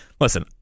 Listen